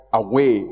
away